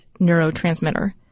neurotransmitter